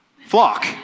flock